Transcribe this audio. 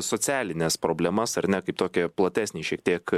socialines problemas ar ne kaip tokį platesnį šiek tiek